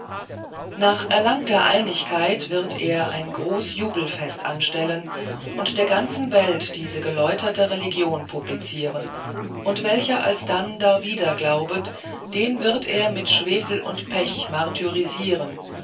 nach erlangter einigkeit wird er ein groß jubelfest anstellen und der ganzen welt diese geläuterte religion publizieren und welcher alsdann darwider glaubet den wird er mit schwefel und pech